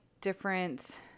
different